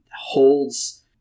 holds